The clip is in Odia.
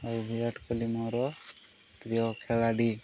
ଆଉ ବିରାଟ କୋହଲି ମୋର ପ୍ରିୟ ଖେଳାଲୀ